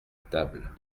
table